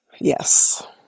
Yes